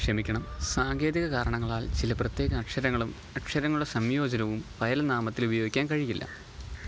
ക്ഷമിക്കണം സാങ്കേതിക കാരണങ്ങളാൽ ചില പ്രത്യേക അക്ഷരങ്ങളും അക്ഷരങ്ങളുടെ സംയോജനവും ഫയൽനാമത്തിൽ ഉപയോഗിക്കാൻ കഴിയില്ല